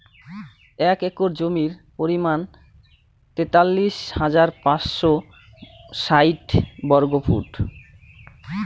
এক একর জমির পরিমাণ তেতাল্লিশ হাজার পাঁচশ ষাইট বর্গফুট